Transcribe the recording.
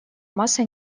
масса